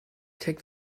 take